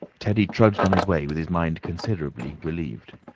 teddy trudged on his way with his mind considerably relieved.